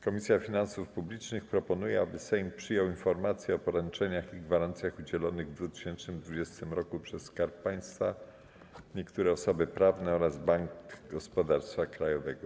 Komisja Finansów Publicznych proponuje, aby Sejm przyjął „Informację o poręczeniach i gwarancjach udzielonych w 2020 roku przez Skarb Państwa, niektóre osoby prawne oraz Bank Gospodarstwa Krajowego”